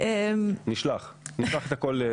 נשלח את הכול.